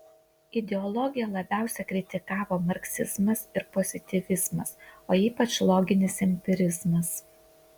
ideologiją labiausiai kritikavo marksizmas ir pozityvizmas o ypač loginis empirizmas